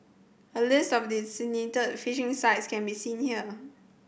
a list of designated fishing sites can be seen here